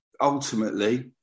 ultimately